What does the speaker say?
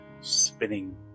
spinning